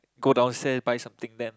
go downstairs buy something then